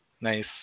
Nice